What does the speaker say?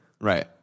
Right